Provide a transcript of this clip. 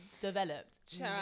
developed